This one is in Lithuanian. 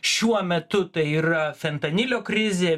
šiuo metu tai yra fentanilio krizė